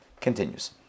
continues